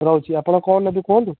ରହୁଛି ଆପଣ କ'ଣ ନେବେ କୁହଁନ୍ତୁ